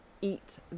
eat